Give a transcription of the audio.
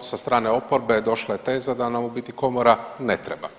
sa strane oporbe došla je teza da nam u biti komora ne treba.